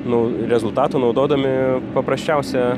nu rezultatų naudodami paprasčiausią